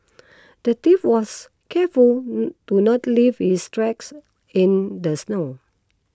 the thief was careful to not leave his tracks in the snow